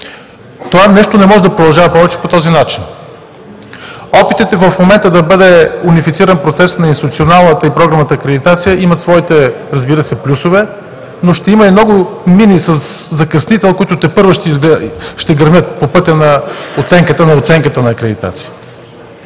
Това нещо не може да продължава повече по този начин. Опитите в момента да бъде унифициран процесът на институционалната и програмната акредитация, разбира се, имат своите плюсове, но ще има и много мини със закъснител, които тепърва ще гърмят по пътя на оценката на оценката